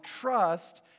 trust